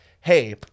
hey